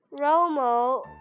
Romo